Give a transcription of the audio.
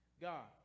God